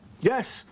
Yes